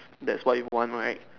that's what you want right